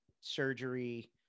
surgery